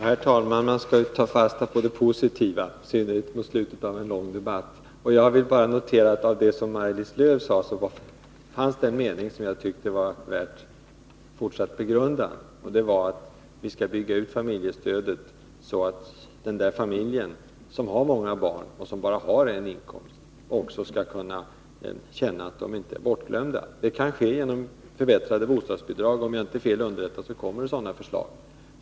Herr talman! Man skall ta fasta på det positiva, i synnerhet mot slutet av en lång debatt. Jag vill bara notera att bland det som Maj-Lis Lööw sade fanns det en mening som jag tycker är värd fortsatt begrundan. Det var när hon sade att vi skall bygga ut familjestödet, så att den där familjen som har många barn och bara en inkomst också skall känna att den inte är bortglömd. Det kan ske genom förbättrade bostadsbidrag, och om jag inte är fel underrättad kommer det förslag om det.